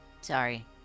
Sorry